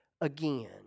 again